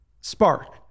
spark